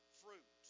fruit